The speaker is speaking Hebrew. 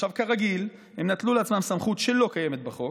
כרגיל, הם נטלו לעצמם סמכות שלא קיימת בחוק.